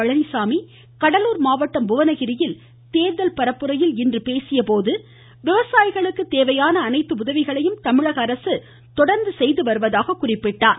பழனிசாமி கடலூர் மாவட்டம் புவனகிரியில் தேர்தல் பரப்புரையில் இன்று பேசிய போது விவசாயிகளுக்கு தேவையான அனைத்து உதவிகளையும் தமிழக அரசு தொடர்ந்து செய்துவருவதாக குறிப்பிட்டார்